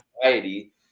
society